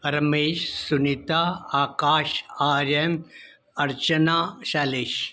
Ramesh Sunita Akash Aryan Archana Sailesh